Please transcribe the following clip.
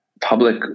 public